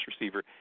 receiver